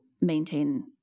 maintain